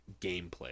Gameplay